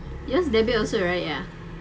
you use debit also right ya